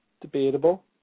Debatable